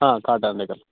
కాటేదాన్ దగ్గర